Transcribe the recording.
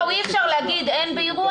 אי-אפשר להגיד: אין בהירות,